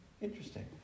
Interesting